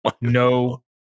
No